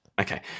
Okay